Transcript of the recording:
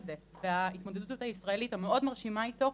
וההתמודדות הישראלית המאוד מרשימה איתו,